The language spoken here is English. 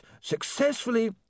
successfully